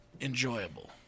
enjoyable